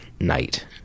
night